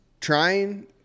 trying